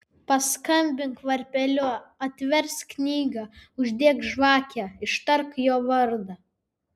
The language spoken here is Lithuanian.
paskambink varpeliu atversk knygą uždek žvakę ištark jo vardą